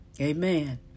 Amen